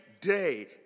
day